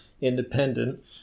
independent